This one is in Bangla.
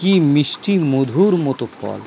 কি মিষ্টি মধুর মতো ফল